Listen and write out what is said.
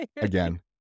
Again